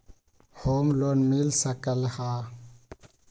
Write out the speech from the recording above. Home loan मिल सकलइ ह?